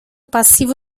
passivo